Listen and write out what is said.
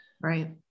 Right